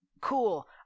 Cool